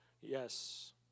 Yes